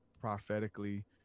prophetically